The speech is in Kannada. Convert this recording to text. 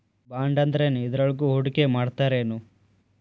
ಬಾಂಡಂದ್ರೇನ್? ಇದ್ರೊಳಗು ಹೂಡ್ಕಿಮಾಡ್ತಾರೇನು?